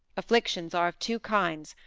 afflictions are of two kinds.